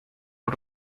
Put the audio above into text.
los